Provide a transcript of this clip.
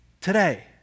today